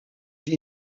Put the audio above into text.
die